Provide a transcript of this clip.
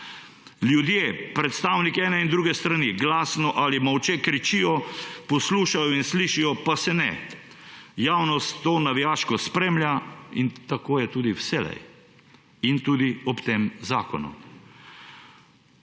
Ljudje, predstavniki ene in druge strani, glasno ali molče kričijo, poslušajo in slišijo pa se ne. Javnost to navijaško spremlja in tako je tudi vselej, tudi ob tem zakonu.